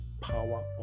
power